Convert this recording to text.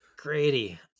Grady